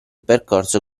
percorso